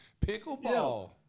Pickleball